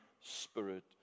Spirit